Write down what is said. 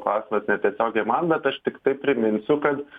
klausimas netiesiogiai man bet aš tiktai priminsiu kad